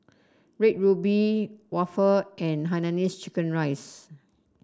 Red Ruby waffle and Hainanese Chicken Rice